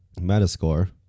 Metascore